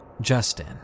Justin